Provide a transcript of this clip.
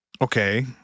Okay